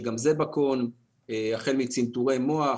גם זה ב- החל מצנתורי מוח.